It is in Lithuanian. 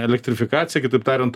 elektrifikacija kitaip tariant